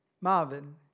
Marvin